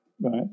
Right